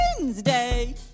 Wednesday